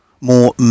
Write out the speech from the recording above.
more